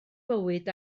bywyd